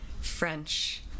French